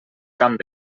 camp